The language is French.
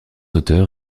auteur